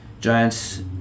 Giants